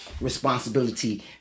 responsibility